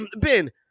Ben